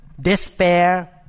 despair